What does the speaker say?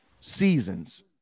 seasons